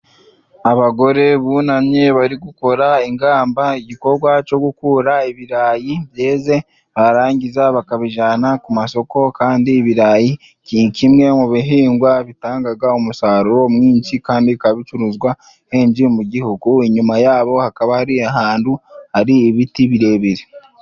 Abagore bunamye bari gukora ingamba igikorwa co gukura ibirayi byeze, barangiza bakabijana ku masoko. Kandi ibirayi gihe kimwe mu bihingwa bitangaga umusaruro mwinshi kandi bikaba bicuruzwa henji mu gihugu. Inyuma yabo hakaba hari ahantu hari ibiti birebire.